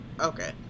Okay